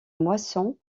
moisson